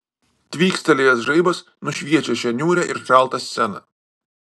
tvykstelėjęs žaibas nušviečia šią niūrią ir šaltą sceną